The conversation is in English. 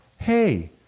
hey